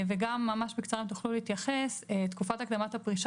וגם ממש בקצרה אם תוכלו להתייחס: תקופת הקדמת הפרישה